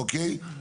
אוקיי?